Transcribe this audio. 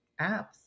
Apps